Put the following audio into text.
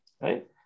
right